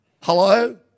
Hello